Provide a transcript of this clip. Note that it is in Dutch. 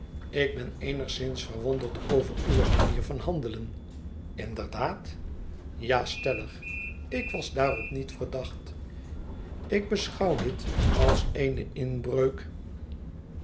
ik ben eenigszins verwonderd over uwe manier van handelen inderdaad ja stellig ik was daarop niet verdacht ik beschouw dit als eene inbreuk